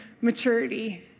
maturity